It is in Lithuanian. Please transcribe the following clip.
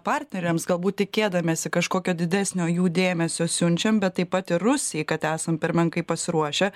partneriams galbūt tikėdamiesi kažkokio didesnio jų dėmesio siunčiam bet taip pat ir rusijai kad esam per menkai pasiruošę